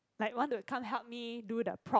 like want to come help me do the props